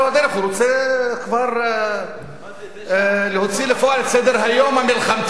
הוא רוצה כבר להוציא לפועל את סדר-היום המלחמתי.